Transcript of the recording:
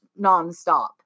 nonstop